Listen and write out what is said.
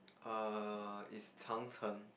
err is 长城 chang cheng